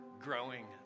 growing